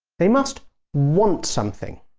they must want something.